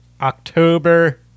October